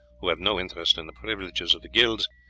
who have no interest in the privileges of the guilds,